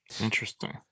Interesting